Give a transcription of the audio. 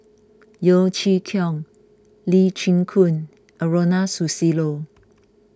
Yeo Chee Kiong Lee Chin Koon and Ronald Susilo